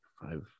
five